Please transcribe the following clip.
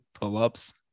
pull-ups